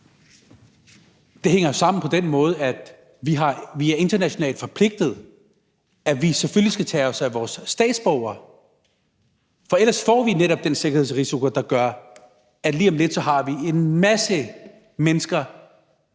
Det hænger jo sammen på den måde, at vi er internationalt forpligtet til, at vi selvfølgelig skal tage os af vores statsborgere. For ellers får vi netop den sikkerhedsrisiko, der gør, at vi lige om lidt har en masse mennesker